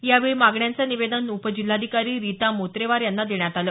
यावेळी मागण्यांचं निवेदन उपजिल्हाधिकारी रिता मेत्रेवार यांना देण्यात आलं